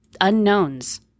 unknowns